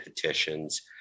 petitions